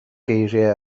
geiriau